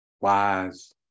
wise